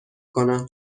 کنم